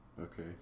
Okay